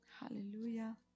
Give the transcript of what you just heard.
Hallelujah